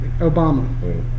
Obama